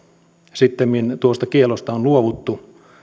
sittemmin tuosta kiellosta on luovuttu